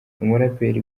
umuraperi